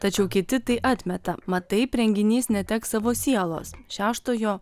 tačiau kiti tai atmeta mat taip renginys neteks savo sielos šeštojo